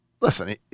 listen